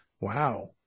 wow